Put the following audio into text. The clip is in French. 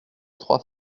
trois